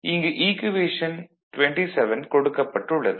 இங்கு ஈக்குவேஷன் 27 கொடுக்கப்பட்டு உள்ளது